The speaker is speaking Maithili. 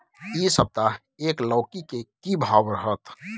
इ सप्ताह एक लौकी के की भाव रहत?